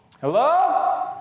Hello